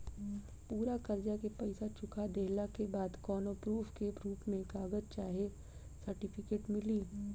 पूरा कर्जा के पईसा चुका देहला के बाद कौनो प्रूफ के रूप में कागज चाहे सर्टिफिकेट मिली?